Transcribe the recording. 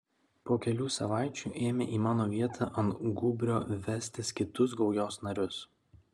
po kelių savaičių ėmė į mano vietą ant gūbrio vestis kitus gaujos narius